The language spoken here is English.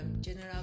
general